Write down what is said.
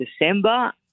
December